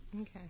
okay